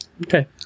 Okay